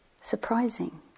Surprising